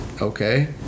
Okay